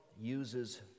uses